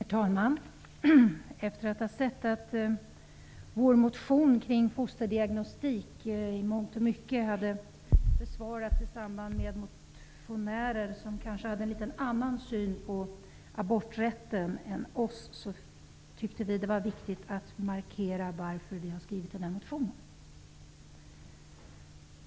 Herr talman! Efter att ha sett att vår motion kring fosterdiagnostik har besvarats i samband med motioner från personer som kanske har en annan syn på aborträtten än vi har tyckte vi att det var viktigt att markera varför vi har skrivit den här motionen.